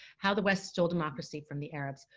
how the west stole democracy from the arabs,